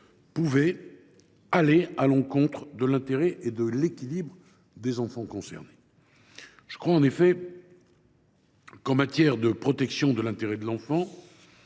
pouvait aller à l’encontre de l’intérêt et de l’équilibre des enfants concernés. Je crois en effet qu’en matière de protection de l’intérêt de l’enfant,